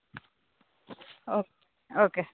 okay okay